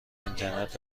اینترنت